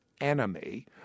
Enemy